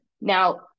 Now